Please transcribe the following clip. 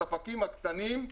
הספקים הקטנים,